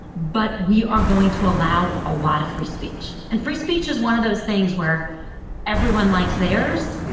but we are going to allow a lot of free speech. and free speech is one of those things where everyone likes theirs,